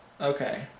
Okay